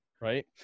Right